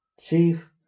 Chief